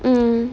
mm